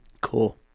Cool